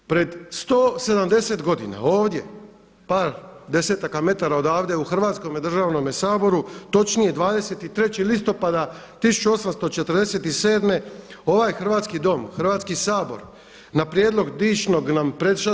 Pred 170 godina ovdje, par desetaka metara odavde u Hrvatskome Državnome Saboru, točnije 23. listopada 1847. ovaj hrvatski Dom, Hrvatski sabor, na prijedlog dičnog nam